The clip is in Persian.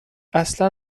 اصلا